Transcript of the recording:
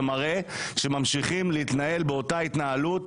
וזה מראה שממשיכים להתנהל באותה התנהלות,